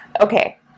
Okay